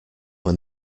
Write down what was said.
when